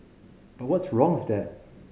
but what's wrong with that